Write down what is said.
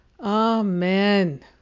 Amen